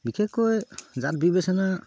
বিশেষকৈ জাত বিবেচনা